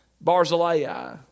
Barzillai